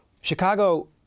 Chicago